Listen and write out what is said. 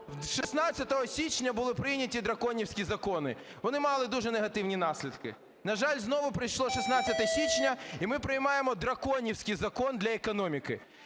16 січня були прийняті "драконівські закони", вони мали дуже негативні наслідки. На жаль, знову прийшло 16 січня, і ми приймаємо "драконівський закон" для економіки,